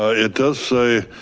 it does say